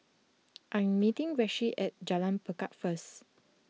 I am meeting Rishi at Jalan Lekar first